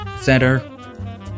Center